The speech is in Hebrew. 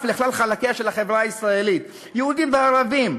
לכלל חלקיה של החברה הישראלית: יהודים וערבים,